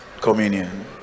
communion